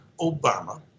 Obama